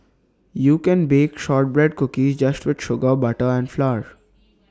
you can bake Shortbread Cookies just with sugar butter and flour